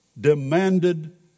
demanded